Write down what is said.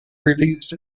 released